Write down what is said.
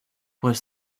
was